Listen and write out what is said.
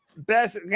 best